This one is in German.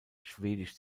schwedisch